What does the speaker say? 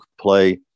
play